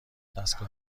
دستگاه